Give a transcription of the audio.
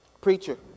Preacher